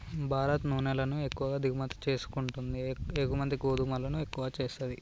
భారత్ నూనెలను ఎక్కువ దిగుమతి చేసుకుంటాయి ఎగుమతి గోధుమలను ఎక్కువ చేస్తది